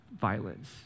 violence